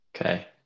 Okay